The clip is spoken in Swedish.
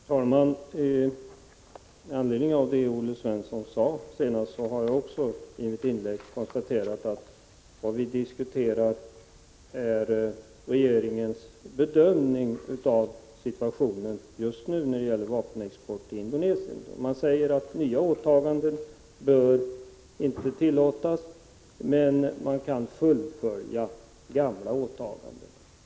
Herr talman! Med anledning av det som Olle Svensson sade vill jag framhålla att också jag i mitt inlägg har konstaterat att vad vi diskuterar är regeringens bedömning av situationen just nu i vad avser vapenexport till Indonesien. Man säger att nya åtaganden inte bör tillåtas men att man kan fullfölja gamla åtaganden.